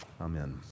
Amen